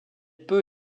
peu